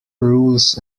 rules